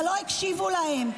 אבל לא הקשיבו להם.